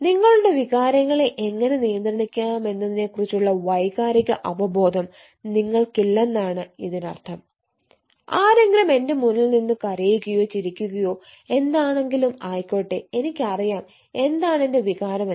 നിങ്ങളുടെ വികാരങ്ങളെ എങ്ങനെ നിയന്ത്രിക്കാമെന്നതിനെക്കുറിച്ചുള്ള വൈകാരിക അവബോധം നിങ്ങൾക്കില്ലെന്നാണ് ഇതിനർത്ഥം ആരെങ്കിലും എന്റെ മുന്നിൽ നിന്ന് കരയുകയോ ചിരിക്കുകയോ എന്താണെങ്കിലും ആയിക്കോട്ടെ എനിക്ക് അറിയാം എന്താണ് എന്റെ വികാരം എന്ന്